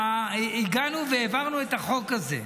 והגענו והעברנו את החוק הזה.